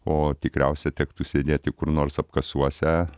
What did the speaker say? o tikriausia tektų sėdėti kur nors apkasuose